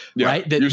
Right